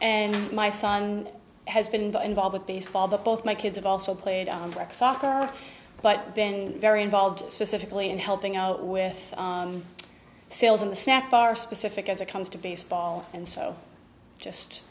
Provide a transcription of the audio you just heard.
and my son has been involved with baseball that both my kids have also played on deck soccer but been very involved specifically in helping out with sales in the snack bar specific as it comes to baseball and so just